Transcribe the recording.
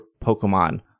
Pokemon